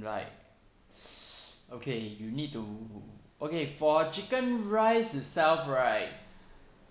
right okay you need to okay for chicken rice itself right